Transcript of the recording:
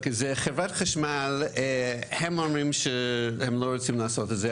חברת החשמל אומרת שהיא לא רוצה לעשות את זה,